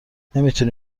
نمیتونی